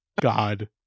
god